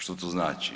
Što to znači?